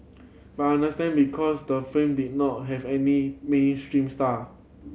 but I understand because the film did not have any big stream star